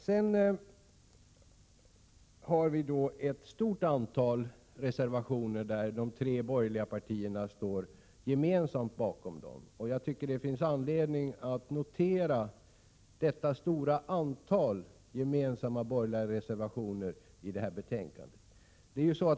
Sedan finns det ett stort antal reservationer som de tre borgerliga partierna står bakom gemensamt. Det finns anledning att notera detta stora antal gemensamma borgerliga reservationer i detta betänkande.